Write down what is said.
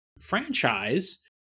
franchise